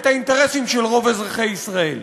את האינטרסים של רוב אזרחי ישראל.